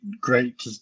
great